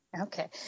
Okay